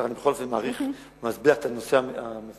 אני בכל זאת מאריך ומסביר את הנושא המפורט,